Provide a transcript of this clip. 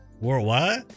Worldwide